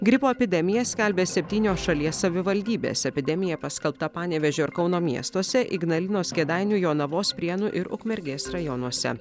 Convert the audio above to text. gripo epidemiją skelbia septynios šalies savivaldybės epidemija paskelbta panevėžio ir kauno miestuose ignalinos kėdainių jonavos prienų ir ukmergės rajonuose